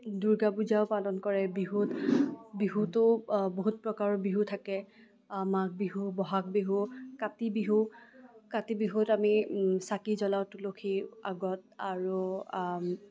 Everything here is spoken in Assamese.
দুৰ্গাপূজাও পালন কৰে বিহুত বিহুতো বহুত প্ৰকাৰৰ বিহু থাকে মাঘ বিহু বহাগ বিহু কাতি বিহু কাতি বিহুত আমি চাকি জ্বলাওঁ তুলসীৰ আগত আৰু